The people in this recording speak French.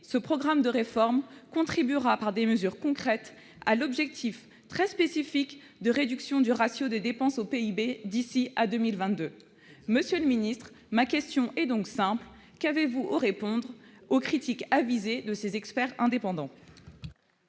ce programme de réforme contribuera par des mesures concrètes [...] à l'objectif très spécifique de réduction du ratio des dépenses au PIB d'ici à 2022. » Monsieur le ministre Darmanin, ma question est simple : qu'avez-vous à répondre aux critiques avisées de ces experts indépendants ?